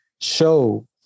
show